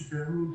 שקיימים